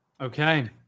Okay